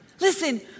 Listen